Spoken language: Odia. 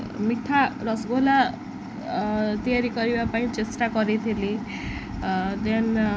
ମିଠା ରସଗୋଲା ତିଆରି କରିବା ପାଇଁ ଚେଷ୍ଟା କରିଥିଲି ଦେନ୍